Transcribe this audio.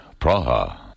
Praha